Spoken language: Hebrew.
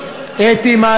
צריך להודות לך.